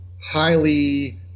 highly